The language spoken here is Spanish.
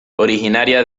originaria